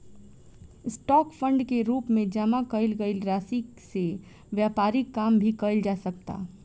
stock fund के रूप में जामा कईल गईल राशि से व्यापारिक काम भी कईल जा सकता